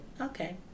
okay